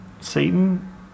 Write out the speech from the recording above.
Satan